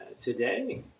today